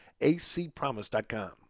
acpromise.com